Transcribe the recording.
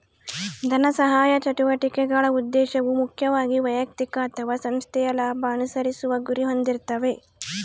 ಧನಸಹಾಯ ಚಟುವಟಿಕೆಗಳ ಉದ್ದೇಶವು ಮುಖ್ಯವಾಗಿ ವೈಯಕ್ತಿಕ ಅಥವಾ ಸಂಸ್ಥೆಯ ಲಾಭ ಅನುಸರಿಸುವ ಗುರಿ ಹೊಂದಿರ್ತಾವೆ